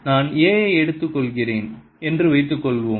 நான் A ஐ எடுத்துக்கொள்கிறேன் என்று வைத்துக் கொள்வோம்